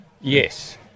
Yes